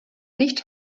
nicht